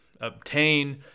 obtain